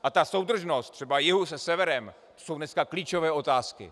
A ta soudržnost třeba jihu se severem, to jsou dneska klíčové otázky.